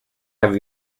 have